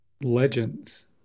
legends